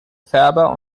färber